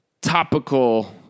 topical